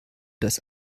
das